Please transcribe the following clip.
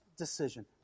decision